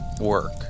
work